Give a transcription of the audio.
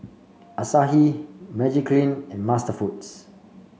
Asahi Magiclean and MasterFoods